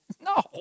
No